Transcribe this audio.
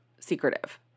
secretive